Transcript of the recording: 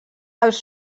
els